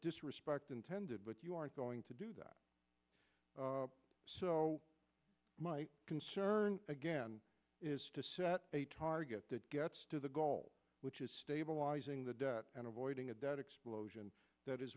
disrespect intended but you aren't going to do that so my concern again is to set a target that gets to the goal which is stabilizing the debt and avoiding a debt explosion that is